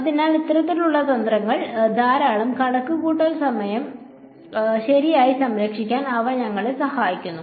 അതിനാൽ ഇത്തരത്തിലുള്ള തന്ത്രങ്ങൾ ധാരാളം കണക്കുകൂട്ടൽ സമയം ശരിയായി സംരക്ഷിക്കാൻ അവ ഞങ്ങളെ സഹായിക്കുന്നു